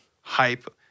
hype